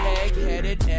egg-headed